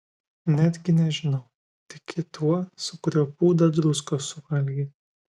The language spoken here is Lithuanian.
netgi nežinau tiki tuo su kuriuo pūdą druskos suvalgei